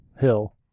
Hill